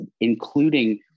including